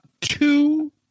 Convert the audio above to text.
two